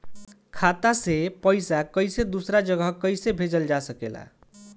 खाता से पैसा कैसे दूसरा जगह कैसे भेजल जा ले?